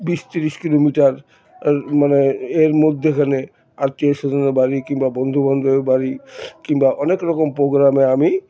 বিশ তিরিশ কিলোমিটার মানে এর মধ্যেখানে আত্মীয় স্বজনের বাড়ি কিংবা বন্ধুবান্ধবের বাড়ি কিংবা অনেক রকম প্রোগ্রামে আমি